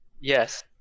Yes